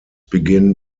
begin